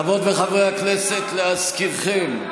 חברות וחברי הכנסת, להזכירכם,